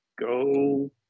Go